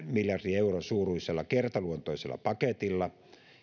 euron suuruisella kertaluontoisella paketilla